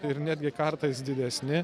ir netgi kartais didesni